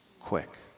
quick